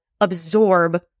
absorb